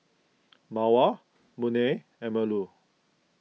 Mawar Munah and Melur